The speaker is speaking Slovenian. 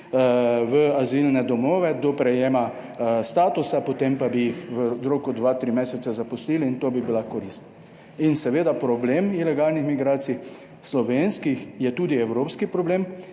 v azilne domove do prejema statusa, potem pa bi jih v roku 2, 3 mesece zaposlili in to bi bila korist in seveda problem ilegalnih migracij, slovenskih, je tudi evropski problem,